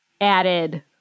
added